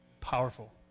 Powerful